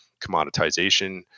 commoditization